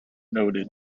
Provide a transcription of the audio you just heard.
noted